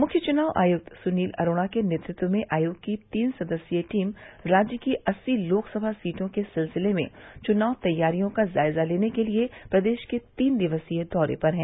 मुख्य चुनाव आयक्त सुनील अरोड़ा के नेतृत्व में आयोग की तीन सदस्यीय टीम राज्य की अस्सी लोकसभा सीटों के सिलसिले में चुनाव तैयारियों का जायजा लेने के लिये प्रदेश के तीन दिवसीय दौरे पर है